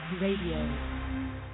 Radio